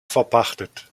verpachtet